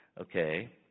Okay